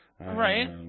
Right